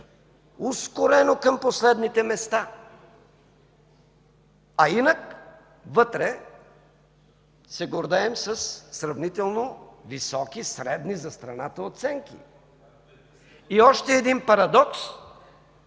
ускорено към последните места, а инак вътре, се гордеем със сравнително високи средни за страната оценки. И още един парадокс